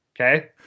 Okay